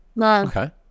Okay